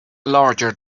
larger